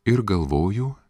ir galvoju